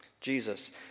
Jesus